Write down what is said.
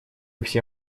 все